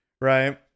right